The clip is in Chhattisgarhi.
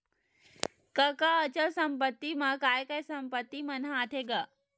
कका अचल संपत्ति मा काय काय संपत्ति मन ह आथे गा?